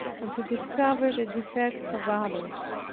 and to discover the defects of others.